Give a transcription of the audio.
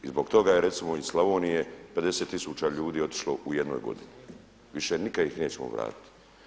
I zbog toga je recimo iz Slavonije 50 tisuća ljudi otišlo u jednoj godini, više nikada ih nećemo vratiti.